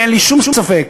אין לי שום ספק,